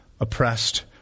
oppressed